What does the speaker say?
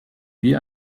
wie